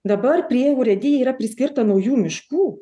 dabar prie urėdijų yra priskirta naujų miškų